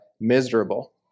miserable